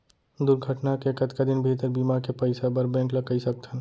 दुर्घटना के कतका दिन भीतर बीमा के पइसा बर बैंक ल कई सकथन?